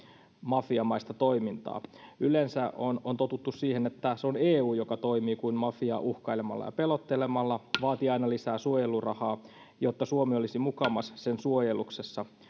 mafiamaista toimintaa yleensä on on totuttu siihen että se on eu joka toimii kuin mafia uhkailemalla ja pelottelemalla vaatii aina lisää suojelurahaa jotta suomi olisi mukamas sen suojeluksessa